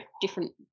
different